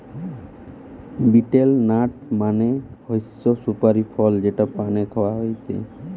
betel nut মানে হৈসে সুপারি ফল যেটা পানে খাওয়া হয়টে